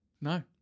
No